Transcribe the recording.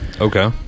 Okay